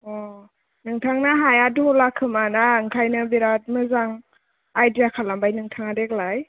अ' नोंथांना हाया दहला खोमा ना ओंखायनो बिराथ मोजां आयदिया खालामबाय नोंथाङा देग्लाय